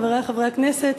חברי חברי הכנסת,